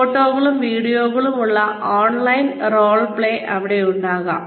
ഫോട്ടോകളും വീഡിയോകളും ഉള്ള ഓൺലൈൻ റോൾ പ്ലേ അവിടെ ഉണ്ടാകാം